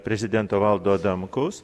prezidento valdo adamkaus